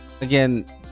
again